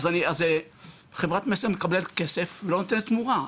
אז חברת מסר מקבלת כסף ולא נותנת תמורה.